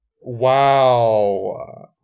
Wow